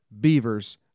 beavers